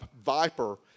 viper